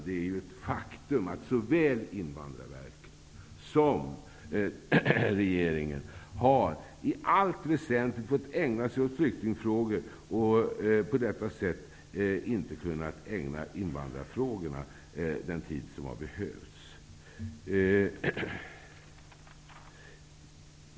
Det är ett faktum att såväl invandrarverket som regeringen har i allt väsentligt fått ägna sig åt flyktingfrågor och därför inte kunnat ägna invandrarfrågorna tillräcklig tid.